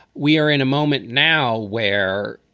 we are in a moment now where